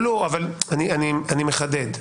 אני מחדד.